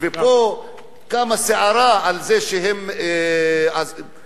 ופה קמה סערה על זה שהם התנגשו,